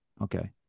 Okay